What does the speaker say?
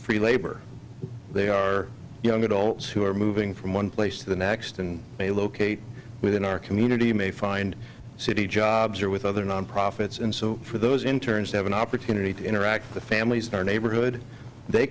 free labor they are young adults who are moving from one place to the next and may locate within our community may find city jobs or with other non profits and so for those interns to have an opportunity to interact with the families in our neighborhood they